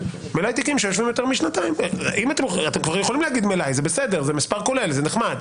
מלאי תיקים שיושבים יותר משנתיים את זה אני מבקש